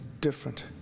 different